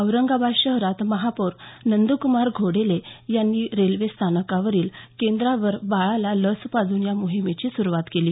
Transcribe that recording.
औरंगाबाद शहरात महापौर नंद्कुमार घोडेले यांनी रेल्वे स्थानकावरील केंद्रावर बाळाला लस पाजून या मोहिमेची सुरवात केली